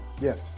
Yes